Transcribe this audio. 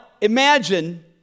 imagine